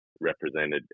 represented